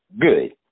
good